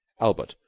albert,